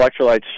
Electrolytes